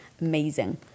Amazing